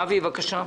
אבי ניסנקורן, בבקשה.